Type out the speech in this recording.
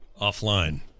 Offline